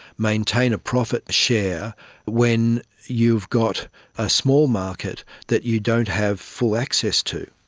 maintain a profit share when you've got a small market that you don't have full access to,